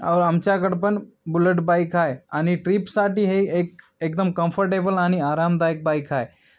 और आमच्याकडं पण बुलेट बाईक आहे आणि ट्रीपसाठी हे एक एकदम कम्फर्टेबल आणि आरामदायक बाईक आहे